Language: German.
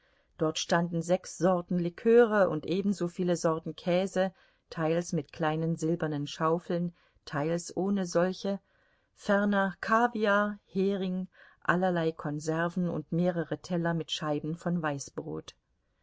dort standen sechs sorten liköre und ebenso viele sorten käse teils mit kleinen silbernen schaufeln teils ohne solche ferner kaviar hering allerlei konserven und mehrere teller mit scheiben von weißbrot